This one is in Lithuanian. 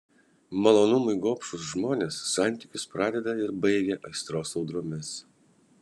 malonumui gobšūs žmonės santykius pradeda ir baigia aistros audromis